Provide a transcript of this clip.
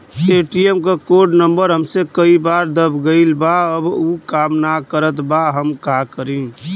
ATM क code number हमसे कई बार दब गईल बा अब उ काम ना करत बा हम का करी?